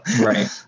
Right